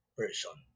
person